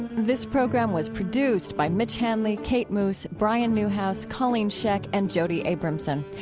this program was produced by mitch hanley, kate moos, brian newhouse, colleen scheck and jody abramson.